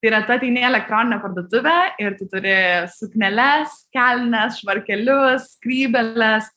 tai yra tu ateini į elektroninę parduotuvę ir tu turi sukneles kelnes švarkelius skrybėles